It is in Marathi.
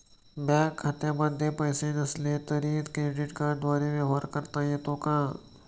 बँक खात्यामध्ये पैसे नसले तरी क्रेडिट कार्डद्वारे व्यवहार करता येतो का?